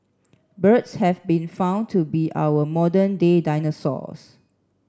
birds have been found to be our modern day dinosaurs